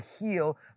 heal